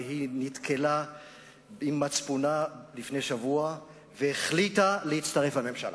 והיא נתקלה עם מצפונה לפני שבוע והחליטה להצטרף לממשלה.